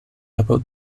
about